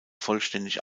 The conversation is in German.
vollständig